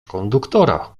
konduktora